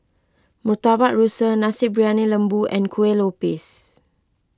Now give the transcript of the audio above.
Murtabak Rusa Nasi Briyani Lembu and Kueh Lopes